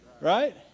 right